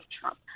Trump